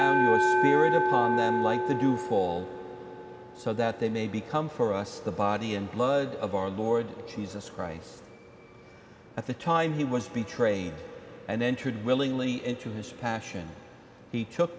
was like the dew full so that they may become for us the body and blood of our lord jesus christ at the time he was betrayed and entered willingly into his passion he took